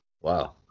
Wow